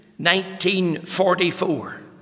1944